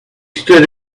stood